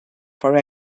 for